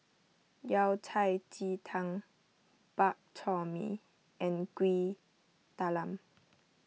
Yao Cai Ji Tang Bak Chor Mee and Kuih Talam